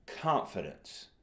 confidence